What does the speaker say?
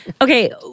Okay